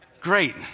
Great